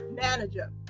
manager